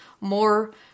more